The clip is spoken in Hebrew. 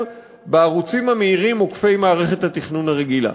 בערוצים המהירים עוקפי מערכת התכנון הרגילה.